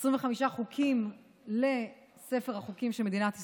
25 חוקים לספר החוקים של מדינת ישראל,